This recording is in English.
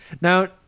Now